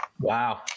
Wow